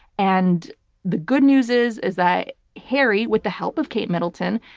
and the good news is is that harry, with the help of kate middleton,